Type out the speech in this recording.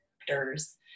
actors